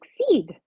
succeed